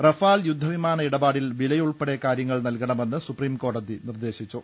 Rafale യുദ്ധവിമാന ഇടപാടിൽ വിലയുൾപ്പെടെ കാര്യങ്ങൾ നൽകണമെന്ന് സുപ്രീംകോടതി നിർദേശിച്ചു